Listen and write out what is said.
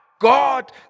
God